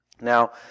Now